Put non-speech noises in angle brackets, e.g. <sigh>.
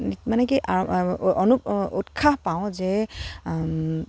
মানে কি <unintelligible> অনুপ উৎসাহ পাওঁ যে